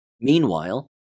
Meanwhile